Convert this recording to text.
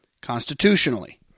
constitutionally